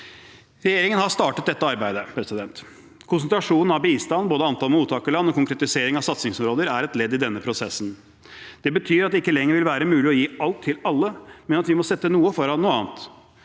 Regjeringen har startet dette arbeidet. Konsentrasjonen av bistand, både antall mottakerland og konkretisering av satsingsområder, er et ledd i denne prosessen. Det betyr at det ikke lenger vil være mulig å gi alt til alle, men at vi må sette noe foran noe annet.